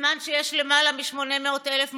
בזמן שיש למעלה מ-800,000 מובטלים,